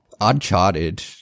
Uncharted